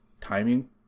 timing